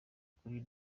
kuri